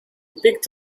picked